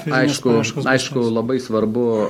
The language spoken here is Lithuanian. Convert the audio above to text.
aišku aišku labai svarbu